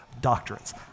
doctrines